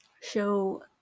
show